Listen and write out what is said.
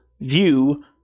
View